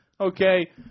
Okay